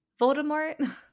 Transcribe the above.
Voldemort